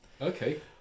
Okay